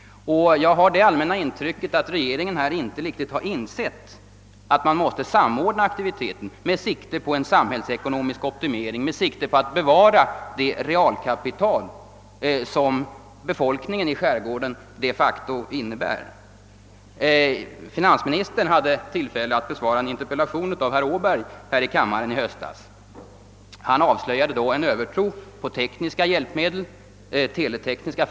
Jag har det allmänna intrycket att regeringen inte riktigt har insett att man måste samordna aktiviteten med sikte på en samhällsekonomisk optimering för att bevara den tillgång som befolkningen i skärgården de facto utgör. Finansministern hade tillfälle att besvara en interpellation om dessa problem av herr Åberg här i kammaren i höstas. Han avslöjade då en övertro på tekniska hjälpmedel, framför allt teletekniska.